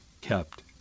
kept